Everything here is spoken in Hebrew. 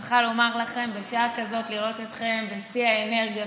בשעה כזאת לראות אתכם בשיא האנרגיות,